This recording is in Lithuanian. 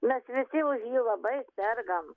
mes visi už jį labai sergam